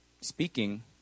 speaking